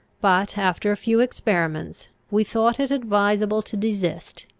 but, after a few experiments, we thought it advisable to desist,